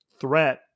threat